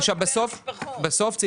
בסוף,